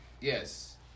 Yes